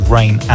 Rain